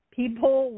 people